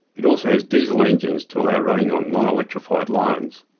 it also has diesel engines to allow running on non-electrified lines.